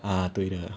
啊对了